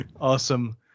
Awesome